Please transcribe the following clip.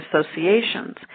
associations